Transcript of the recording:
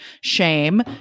shame